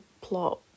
plot